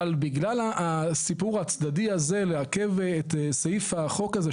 אבל בגלל הסיפור הצדדי הזה לעכב את סעיף החוק הזה,